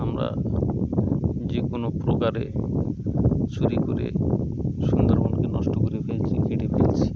আমরা যে কোনো প্রকারে চুরি করে সুন্দরবনকে নষ্ট করে ফেলছি কেটে ফেলছি